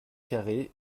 carré